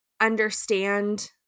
understand